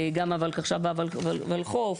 גם הולקחש"פ והולחו"ף,